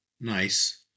nice